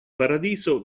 paradiso